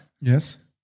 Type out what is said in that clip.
Yes